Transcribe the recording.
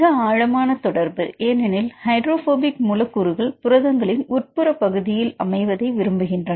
மிக ஆழமான தொடர்பு ஏனெனில் ஹைட்ரோபோபிக் மூலக்கூறுகள் புரதங்களின் உட்புற பகுதியில் அமைவதே விரும்புகின்றனர்